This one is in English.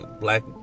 black